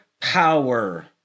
power